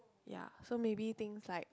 ya so maybe things like